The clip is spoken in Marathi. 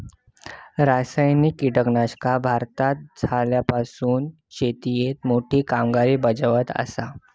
रासायनिक कीटकनाशका भारतात इल्यापासून शेतीएत मोठी कामगिरी बजावत आसा